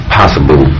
possible